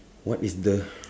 what is the